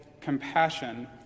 compassion